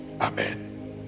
Amen